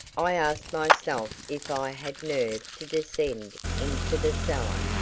i asked myself if i had nerve to descend into the cellar.